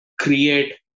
create